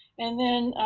and then